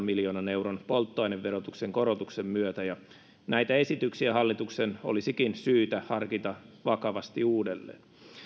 miljoonan euron polttoaineverotuksen korotuksen myötä näitä esityksiä hallituksen olisikin syytä harkita vakavasti uudelleen